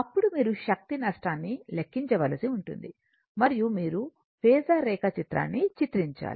అప్పుడు మీరు శక్తి నష్టాన్ని లెక్కించవలసి ఉంటుంది మరియు మీరు ఫేసర్ రేఖాచిత్రాన్ని చిత్రించాలి